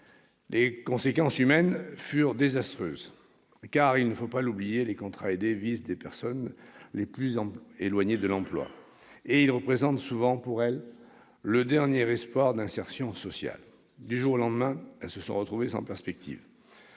Les conséquences humaines furent désastreuses, car, il ne faut pas l'oublier, les contrats aidés visent les personnes les plus éloignées de l'emploi et représentent souvent pour elles leur dernier espoir d'insertion sociale ! Du jour au lendemain, elles se sont retrouvées sans perspective.